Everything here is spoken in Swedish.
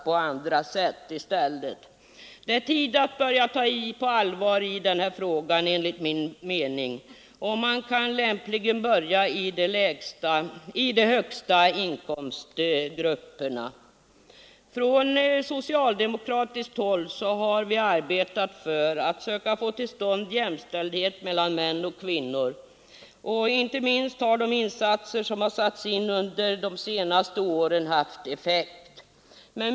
Det är enligt min mening tid att man på allvar tar itu med denna fråga. Man kan lämpligen börja med de högsta inkomstgrupperna. Från socialdemokratiskt håll har vi arbetat med att försöka få till stånd jämställdhet mellan män och kvinnor. Inte minst har de insatser som gjorts under de senaste åren haft effekt.